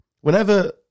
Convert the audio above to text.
whenever